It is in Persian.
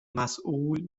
مسول